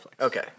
Okay